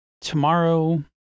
Tomorrow